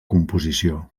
composició